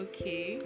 Okay